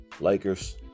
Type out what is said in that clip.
Lakers